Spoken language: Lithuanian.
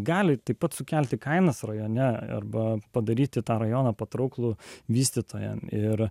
gali taip pat sukelti kainas rajone arba padaryti tą rajoną patrauklų vystytojams ir